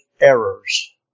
errors